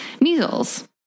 measles